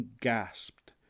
gasped